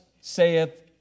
saith